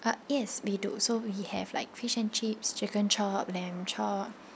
ah yes we do so we have like fish and chips chicken chop lamb chop